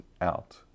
out